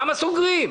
למה סוגרים?